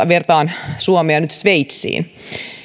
vertaan nyt suomea sveitsiin